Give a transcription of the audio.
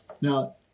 Now